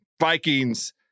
Vikings